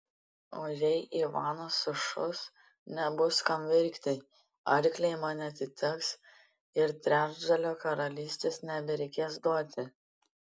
o jei ivanas sušus nebus kam verkti arkliai man atiteks ir trečdalio karalystės nebereikės duoti